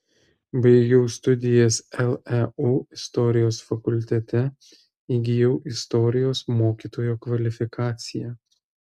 baigiau studijas leu istorijos fakultete įgijau istorijos mokytojo kvalifikaciją